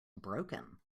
broken